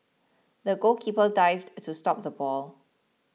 the goalkeeper dived to stop the ball